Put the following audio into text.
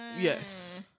Yes